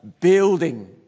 building